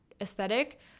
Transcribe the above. aesthetic